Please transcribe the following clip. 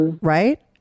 right